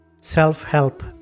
Self-help